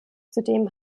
zudem